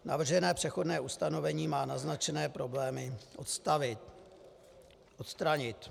Navržené přechodné ustanovení má naznačené problémy odstranit.